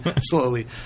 Slowly